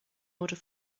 order